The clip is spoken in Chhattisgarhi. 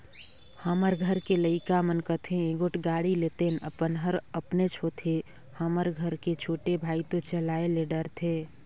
हमर घर के लइका मन कथें एगोट गाड़ी लेतेन अपन हर अपनेच होथे हमर घर के छोटे भाई तो चलाये ले डरथे